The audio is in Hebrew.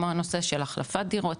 כמו הנושא של החלפת דירות,